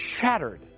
shattered